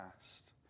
past